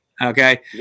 Okay